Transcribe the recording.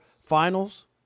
finals